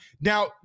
Now